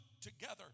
together